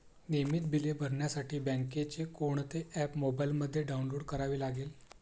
नियमित बिले भरण्यासाठी बँकेचे कोणते ऍप मोबाइलमध्ये डाऊनलोड करावे लागेल?